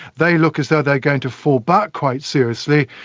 they look as though they are going to fall back quite seriously.